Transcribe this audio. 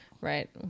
Right